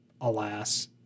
alas